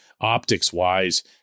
optics-wise